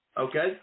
okay